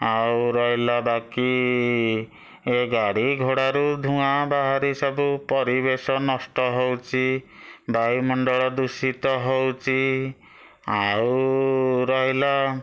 ଆଉ ରହିଲା ବାକି ଏ ଗାଡ଼ି ଘୋଡ଼ାରୁ ଧୂଆଁ ବାହାରି ସବୁ ପରିବେଶ ନଷ୍ଟ ହେଉଛି ବାୟୁମଣ୍ଡଳ ଦୂଷିତ ହେଉଛି ଆଉ ରହିଲା